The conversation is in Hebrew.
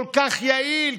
כל כך יעיל.